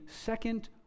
second